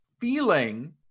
feeling